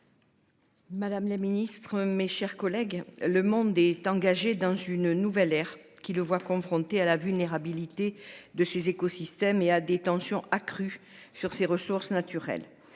Madame la ministre, mes chers collègues, le monde est engagé dans une nouvelle ère qui le voient confrontés à la vulnérabilité de ces écosystèmes et à des tensions accrues sur ses ressources naturelles.